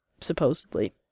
supposedly